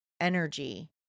energy